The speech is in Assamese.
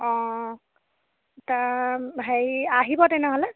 অঁ তাৰ হেৰি আহিব তেনেহ'লে